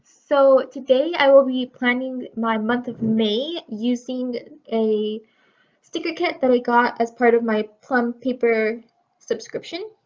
so today i will be planning my month of may using a sticker kit that i got as part of my plum paper subscription.